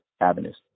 avenues